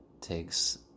takes